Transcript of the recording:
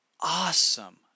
awesome